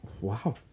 Wow